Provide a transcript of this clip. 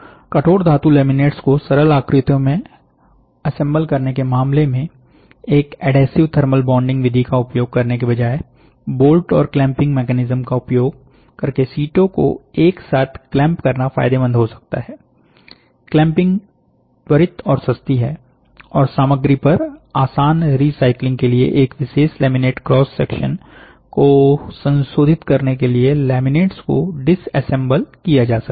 कठोर धातु के लैमिनेट्स को सरल आकृतियों में असेंबल करने के मामले में एक एडहेसिव थर्मल बॉन्डिंग विधि का उपयोग करने के बजाय बोल्ट और क्लैंपिंग मैकेनिज्म का उपयोग करके शीटों को एक साथ क्लैंप करना फायदेमंद हो सकता है क्लैंपिंग त्वरित और सस्ती है और सामग्री पर आसान रीसाइक्लिंग के लिए एक विशेष लेमिनेट क्रॉस सेक्शन को संशोधित करने के लिए लैमिनेट्स को डिस असेम्बल्ड किया जा सकता है